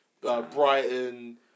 Brighton